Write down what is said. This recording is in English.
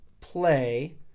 play